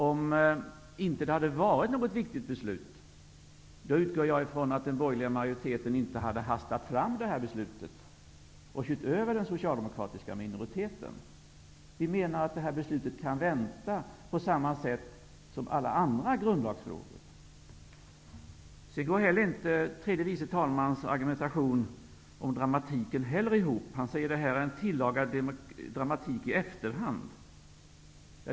Om det inte hade varit något viktigt beslut, utgår jag från att den borgerliga majoriteten inte hade hastat fram detta beslut och kört över den socialdemokratiska minoriteten. Vi menar att man kan vänta med detta beslut, på samma sätt som man gör med alla andra grundlagsfrågor. Tredje vice talmannens argumentation om dramatiken går inte heller ihop. Han säger att detta är en dramatik som har tillskapats i efterhand.